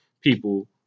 people